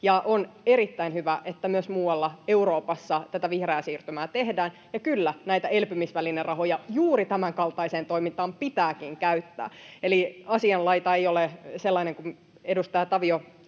On erittäin hyvä, että myös muualla Euroopassa tätä vihreää siirtymää tehdään, ja kyllä, näitä elpymisvälinerahoja pitääkin käyttää juuri tämänkaltaiseen toimintaan. Eli asianlaita ei ole sellainen kuin edustaja Tavio